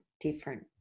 different